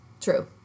True